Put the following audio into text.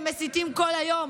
ומסיתים כל היום.